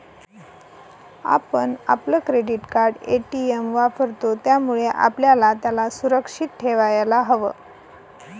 आपण आपलं credit card, ATM वापरतो, त्यामुळे आपल्याला त्याला सुरक्षित ठेवायला हव